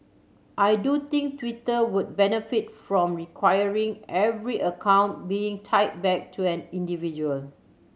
I do think Twitter would benefit from requiring every account being tied back to an individual